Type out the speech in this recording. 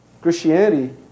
Christianity